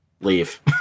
Leave